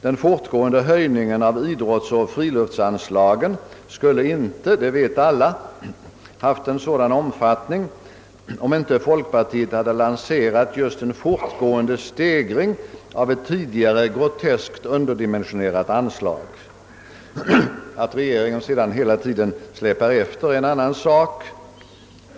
Den fortgående höjningen av idrottsoch friluftsanslagen skulle inte — det vet alla ha haft en sådan omfattning, om inte folkpartiet hade lanserat just en fortlöpande stegring av ett tidigare groteskt underdimensionerat anslag. Att regeringen hela tiden släpar efter är en annan sak.